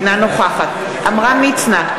אינה נוכחת עמרם מצנע,